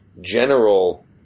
general